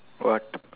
what